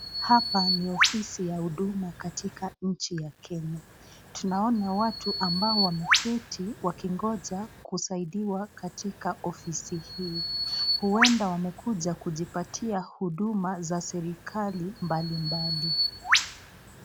Hapa ni ofisi ya huduma katika nchi ya Kenya, tunaona watu ambao wameketi wakingoja kusaidiwa katika ofisi hii. Huenda wamekuja kujipatia huduma za serikali mbali mbali.